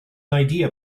idea